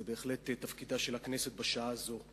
זה בהחלט תפקידה של הכנסת בשעה זו.